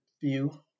view